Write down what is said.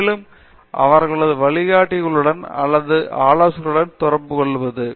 பேராசிரியர் பிரதாப் ஹரிதாஸ் மேலும் அவர்களது வழிகாட்டிகளுடன் அல்லது ஆலோசகராகவும் தொடர்புகொள்வது